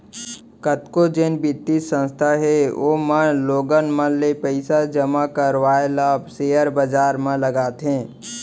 कतको जेन बित्तीय संस्था हे ओमन लोगन मन ले पइसा जमा करवाय ल सेयर बजार म लगाथे